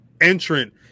entrant